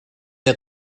der